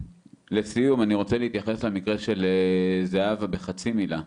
לסיום אני רוצה להתייחס למקרה של זהבה בחצי מילה,